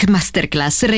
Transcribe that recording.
Masterclass